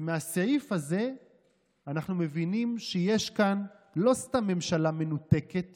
ומהסעיף הזה אנחנו מבינים שיש כאן לא סתם ממשלה מנותקת